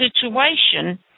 situation